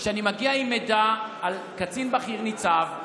שאני מגיע עם מידע על קצין בכיר ניצב,